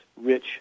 rich